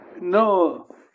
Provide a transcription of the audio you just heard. no